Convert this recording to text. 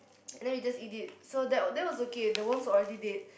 and then we just eat it so that was that was okay the worms already dead